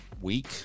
week